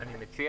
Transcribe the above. אני מציע,